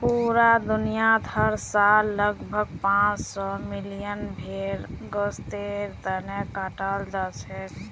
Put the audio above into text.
पूरा दुनियात हर साल लगभग पांच सौ मिलियन भेड़ गोस्तेर तने कटाल जाछेक